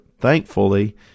thankfully